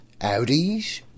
Audis